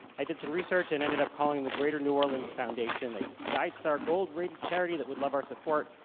i did some research and ended up calling the greater new orleans foundation, a guidestar gold rated charity that would love our support.